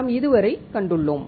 நாம் இதுவரை கண்டுள்ளோம்